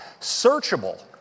searchable